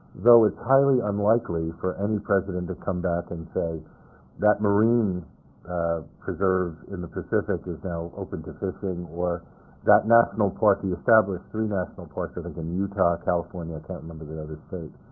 though it's highly unlikely for any president to come back and say that marine preserve in the pacific is now open to fishing, or that national park you you established three national parks, i think, in utah, california i can't remember the other state.